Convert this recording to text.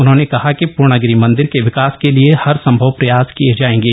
उन्होंने कहा कि पूर्णागिरि मन्दिर के विकास के लिए हर सम्भव प्रयास किये जाएंगे